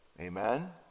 Amen